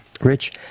Rich